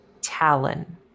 talon